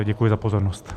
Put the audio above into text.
Děkuji za pozornost.